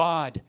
God